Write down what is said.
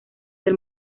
del